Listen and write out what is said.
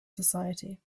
society